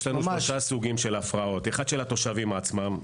יש לנו שלושה סוגי הפרעות: אחד של התושבים עצמם.